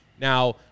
Now